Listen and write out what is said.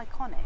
iconic